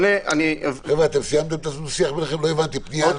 צריכה להישאל השאלה אם לשם אנחנו נתחיל להביא את